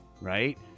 right